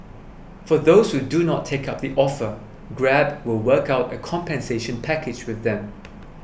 for those who do not take up the offer Grab will work out a compensation package with them